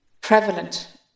prevalent